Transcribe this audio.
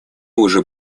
уже